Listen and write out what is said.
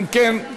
אם כן,